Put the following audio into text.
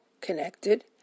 connected